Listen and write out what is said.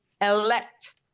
elect